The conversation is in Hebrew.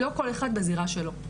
לא כל אחד בזירה שלו,